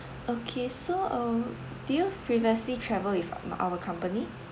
okay so uh did you previously travelled with our company